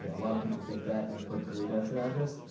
yeah sort of people think that and put goleta as their address.